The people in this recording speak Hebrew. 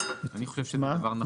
אני חושב שזה דבר נכון.